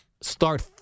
start